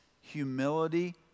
humility